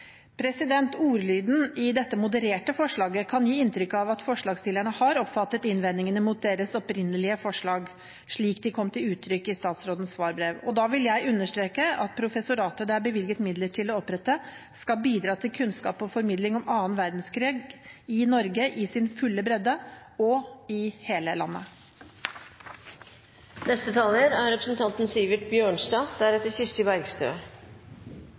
Ordlyden i dette modererte forslaget kan gi inntrykk av at forslagsstillerne har oppfattet innvendingene mot deres opprinnelige forslag, slik de kom til uttrykk i statsrådens svarbrev. Og da vil jeg understreke at professoratet det er bevilget midler til å opprette, skal bidra til kunnskap og formidling om annen verdenskrig i Norge i sin fulle bredde og i hele landet. Den tyske okkupasjonen av Norge under annen verdenskrig er